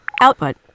Output